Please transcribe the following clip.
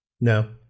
No